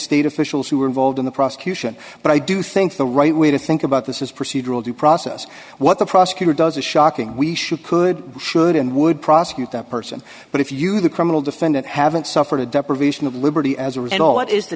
state officials who were involved in the prosecution but i do think the right way to think about this is procedural due process what the prosecutor does is shocking we should could should and would prosecute that person but if you have a criminal defendant haven't suffered a deprivation of liberty as a result what is the